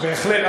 בהחלט.